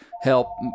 help